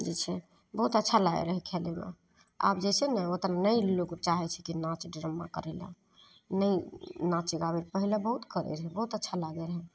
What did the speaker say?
जे छै बहुत अच्छा लागय रहय खेलयमे आब जे छै ने ओ तऽ नहि लोक चाहय छै कि नाच ड्रामा करय लए नहि नाचय गाबय पहिले बहुत करय रहय बहुत अच्छा लागय रहय